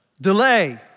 delay